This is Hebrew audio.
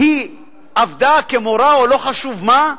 היא עבדה כמורה, או לא חשוב מה,